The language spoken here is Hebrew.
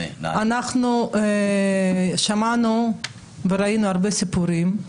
אנחנו שמענו וראינו הרבה סיפורים,